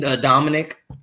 Dominic